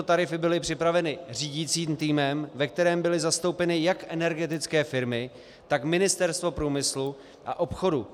Tarify byly připraveny řídícím týmem, ve kterém byly zastoupeny jak energetické firmy, tak Ministerstvo průmyslu a obchodu.